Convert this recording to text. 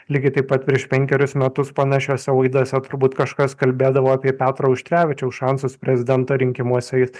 lygiai taip pat prieš penkerius metus panašiose laidose turbūt kažkas kalbėdavo apie petro auštrevičiaus šansus prezidento rinkimuose jis